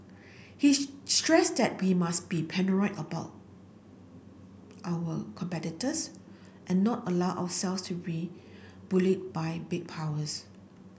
he stressed that we must be paranoid about our competitors and not allow ourselves to be bullied by big powers